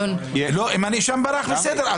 אם הנאשם ברח, בסדר.